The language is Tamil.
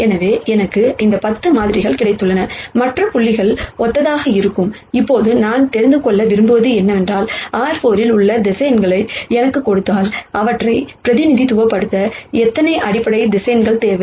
எனவே எனக்கு இந்த 10 மாதிரிகள் கிடைத்துள்ளன மற்ற புள்ளிகள் ஒத்ததாக இருக்கும் இப்போது நான் தெரிந்து கொள்ள விரும்புவது என்னவென்றால் R4 இல் உள்ள வெக்டர்ஸ் எனக்குக் கொடுத்தால் அவற்றை பிரதிநிதித்துவப்படுத்த எத்தனை அடிப்படை வெக்டர்ஸ் தேவை